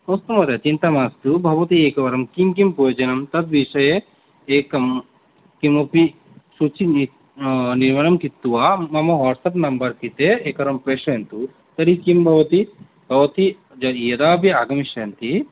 अस्तु महोदये चिन्ता मास्तु भवती एकवारं किं किं प्रयोजनं तद् विषये एकं किमपि सूचीं निर्माणं कृत्वा मम वाट्स्एप् नम्बर् कृते एकवारं प्रेषयतु तर्हि किं भवति भवती य यदा अपि आगमिष्यन्ति